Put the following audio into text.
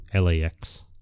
LAX